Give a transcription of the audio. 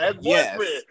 Yes